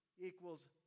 equals